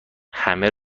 همه